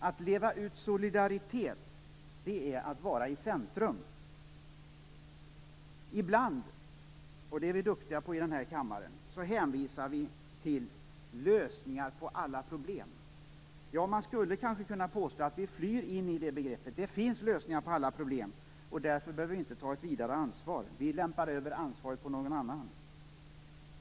Att leva ut solidaritet, det är att vara i centrum. Ibland - och det är vi duktiga på i den här kammaren - hänvisar vi till lösningar på alla problem. Man skulle kanske kunna påstå att vi flyr in i det begreppet. Det finns lösningar på alla problem, och därför behöver vi inte ta ett vidare ansvar. Vi lämpar över ansvaret på någon annan.